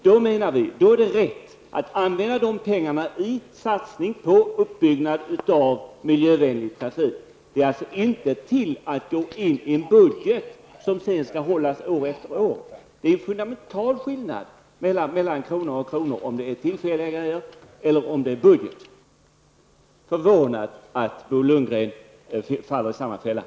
Då menar vi att det är riktigt att använda pengarna för en satsning på en uppbyggnad av miljövänlig trafik. Pengarna skall alltså inte ingå i en budget som sedan skall hållas år efter år. Det är en fundamental skillnad mellan om det rör sig om någonting tillfälligt och om det handlar om budgeten. Jag är förvånad över att Bo Lundgren gick i den fällan.